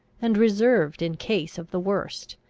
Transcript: and reserved in case of the worst,